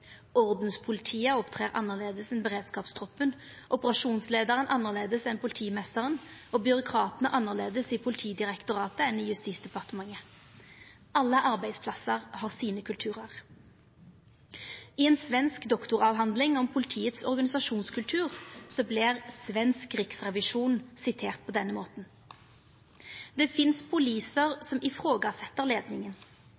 Ordenspolitiet opptrer annleis enn beredskapstroppen, operasjonsleiaren annleis enn politimeisteren og byråkratane i Politidirektoratet annleis enn byråkratane i Justisdepartementet. Alle arbeidsplassar har sine kulturar. I ei svensk doktoravhandling om organisasjonskulturen i politiet vert svensk riksrevisjon sitert på denne måten: